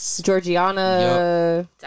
Georgiana